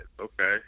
Okay